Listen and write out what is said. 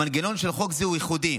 המנגנון של חוק זה הוא ייחודי.